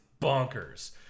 bonkers